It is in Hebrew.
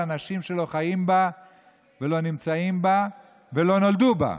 אנשים שלא חיים בה ולא נמצאים בה ולא נולדו בה.